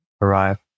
arrive